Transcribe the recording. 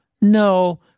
no